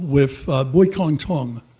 with bui cong tuong,